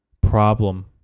problem